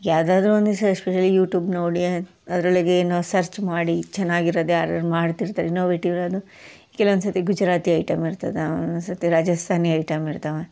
ಯಾವ್ದಾದ್ರೂ ಒಂದು ದಿವಸ ಎಸ್ಪೆಷಲಿ ಯೂಟ್ಯೂಬ್ ನೋಡಿ ಅದ್ರೊಳಗೆ ಏನೋ ಸರ್ಚ್ ಮಾಡಿ ಚೆನ್ನಾಗಿರದು ಯಾರಾರೂ ಮಾಡ್ತಿರ್ತಾರೆ ಇನೋವೇಟಿವ್ ಅದು ಕೆಲವೊಂದು ಸರ್ತಿ ಗುಜರಾತಿ ಐಟಮ್ ಇರ್ತದೆ ಒಂದೊಂದು ಸರ್ತಿ ರಾಜಸ್ಥಾನಿ ಐಟಮ್ ಇರ್ತವೆ